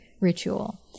ritual